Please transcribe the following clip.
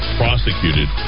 prosecuted